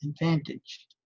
advantage